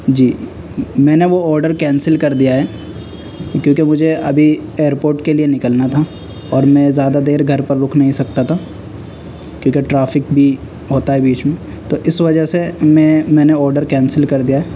جی میں نے وہ آرڈر کینسل کر دیا ہے کیوں کہ مجھے ابھی ائیرپوٹ کے لیے نکلنا تھا اور میں زیادہ دیر گھر پر رک نہیں سکتا تھا کیوں کہ ٹرافک بھی ہوتا ہے بیچ میں تو اس وجہ سے میں میں نے آرڈر کینسل کر دیا ہے